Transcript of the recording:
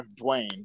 Dwayne